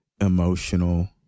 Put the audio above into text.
emotional